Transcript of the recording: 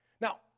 Now